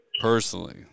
personally